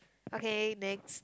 okay next